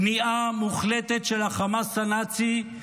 כניעה מוחלטת של החמאס הנאצי,